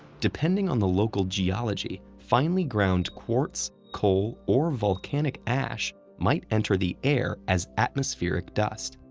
depending on the local geology, finely ground quartz, coal, or volcanic ash might enter the air as atmospheric dust,